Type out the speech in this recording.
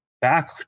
back